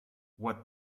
what